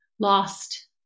lost